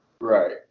Right